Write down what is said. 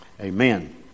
Amen